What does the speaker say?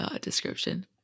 description